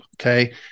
okay